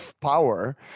power